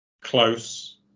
Close